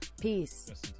Peace